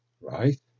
Right